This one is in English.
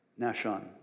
Nashon